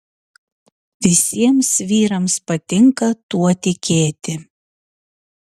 visiems vyrams patinka tuo tikėti